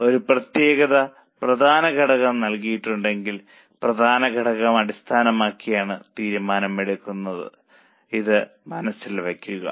അതിനാൽ ഒരു പ്രത്യേക പ്രധാന ഘടകം നൽകിയിട്ടുണ്ടെങ്കിൽ പ്രധാന ഘടകം അടിസ്ഥാനമാക്കിയാണ് തീരുമാനമെടുക്കുന്നത് ഇത് മനസ്സിൽ വയ്ക്കുക